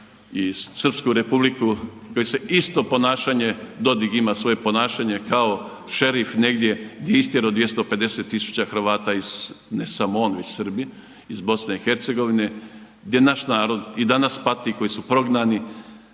i Srpsku Republiku isto ponašanje Dodig ima svoje ponašanje kao šerif negdje gdje je isterao 250.000 Hrvata, ne samo on već Srbi iz BiH, gdje naš narod i danas pati koji su prognani,